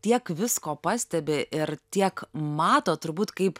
tiek visko pastebi ir tiek mato turbūt kaip